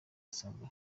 asanzwe